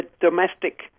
domestic –